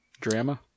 Drama